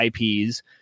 IPs